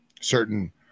Certain